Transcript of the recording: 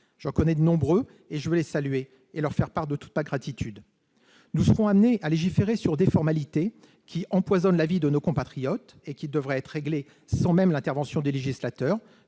J'en connais de nombreux ; je veux les saluer et leur faire part de toute ma gratitude. Nous sommes amenés aujourd'hui à légiférer sur des formalités qui empoisonnent la vie de nos compatriotes et qui devraient être réglées sans même l'intervention du législateur,